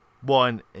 One